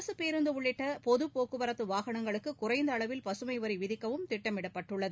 அரசுப் பேருந்து உள்ளிட்ட பொதுபோக்குவரத்து வாகனங்களுக்கு குறைந்த அளவில் பசுமை வரி விதிக்கவும் திட்டமிடப்பட்டுள்ளது